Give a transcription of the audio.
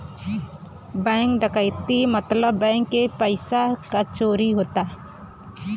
bank डकैती क मतलब बैंक के पइसा क चोरी होला